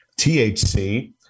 THC